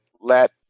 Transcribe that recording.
let